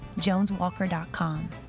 joneswalker.com